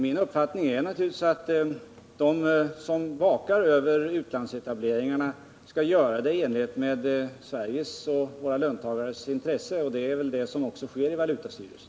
Min uppfattning är naturligtvis att de som vakar över utlandsetableringarna skall göra det i enlighet med Sveriges och våra löntagares intressen. Det är också det som sker i valutastyrelsen.